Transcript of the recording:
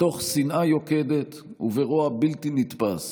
מתוך שנאה יוקדת וברוע בלתי נתפס